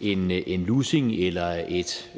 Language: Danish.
en lussing eller et